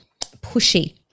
pushy